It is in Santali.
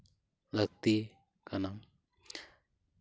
ᱞᱟᱹᱠᱛᱤ ᱠᱟᱱᱟ